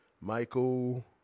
Michael